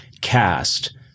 cast